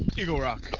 eagle rock,